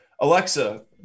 Alexa